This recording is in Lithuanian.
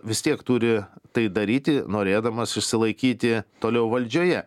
vis tiek turi tai daryti norėdamas išsilaikyti toliau valdžioje